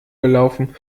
gelaufen